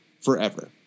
forever